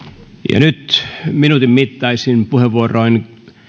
ja nyt minuutin mittaisin puheenvuoroin